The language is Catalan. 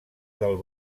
del